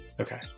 Okay